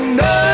no